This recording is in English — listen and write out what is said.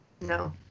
No